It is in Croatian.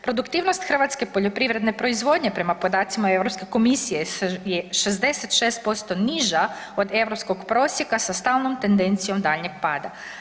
Produktivnost hrvatske poljoprivredne proizvodnje prema podacima Europske komisije je 66% niža od europskog prosjeka sa stalnom tendencijom daljnjeg pada.